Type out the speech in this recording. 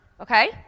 okay